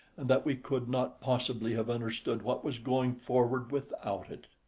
and that we could not possibly have understood what was going forward without it.